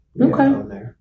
Okay